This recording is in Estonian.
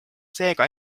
seega